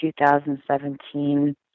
2017